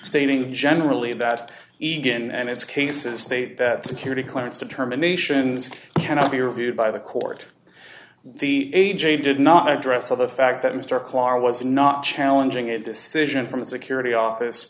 stating generally that egan and it's cases state that security clearance determinations cannot be reviewed by the court the a j did not address of the fact that mr clarke was not challenging a decision from a security office